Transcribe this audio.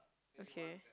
okay